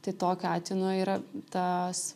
tai tokiu atveju nu yra tas